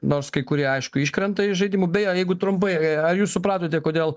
nors kai kurie aišku iškrenta iš žaidimų beje jeigu trumpai ar jūs supratote kodėl